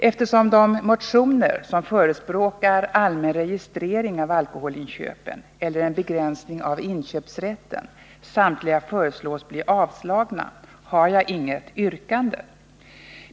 Eftersom de motioner som förespråkar allmän registrering av alkoholinköpen eller en begränsning av inköpsrätten samtliga föreslås bli avslagna har jag inget yrkande.